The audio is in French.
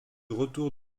retour